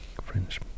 French